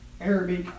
Arabic